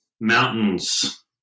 Mountains